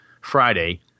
Friday